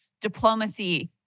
diplomacy